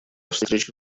встречи